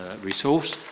resource